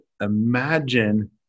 Imagine